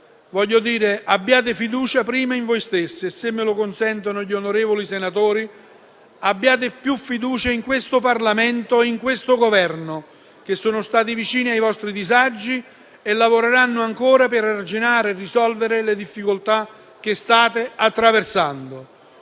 voglio dire: abbiate fiducia prima in voi stessi e - se me lo consentono gli onorevoli senatori - abbiate più fiducia in questo Parlamento e in questo Governo, che sono stati vicini ai vostri disagi e lavoreranno ancora per arginare e risolvere le difficoltà che state attraversando.